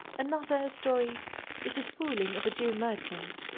another story is his fooling of a jew merchant.